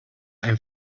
ein